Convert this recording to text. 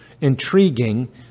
intriguing